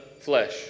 flesh